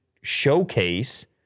showcase